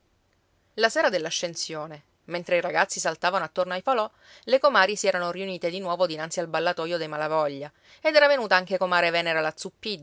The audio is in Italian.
la sera dell'ascensione mentre i ragazzi saltavano attorno ai falò le comari si erano riunite di nuovo dinanzi al ballatoio dei malavoglia ed era venuta anche comare venera la